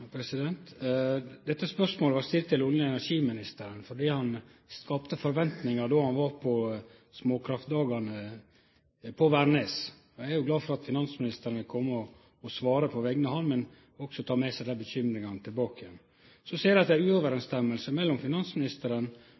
olje- og energiministeren fordi han skapte forventningar då han var på Småkraftdagane på Værnes. Eg er glad for at finansministeren ville kome og svare på vegner av han, men håper han også vil ta med seg desse bekymringane tilbake igjen. Så ser eg at det ikkje er samsvar mellom det finansministeren